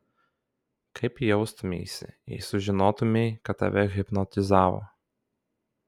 kaip jaustumeisi jei sužinotumei kad tave hipnotizavo